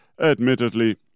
admittedly